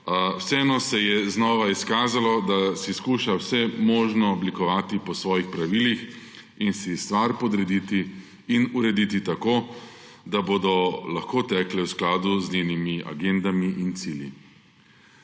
vseeno pa se je znova izkazalo, da si skuša vse možno oblikovati po svojih pravilih in si stvar podrediti in urediti tako, da bodo lahko tekle v skladu z njenimi agendami in cilji.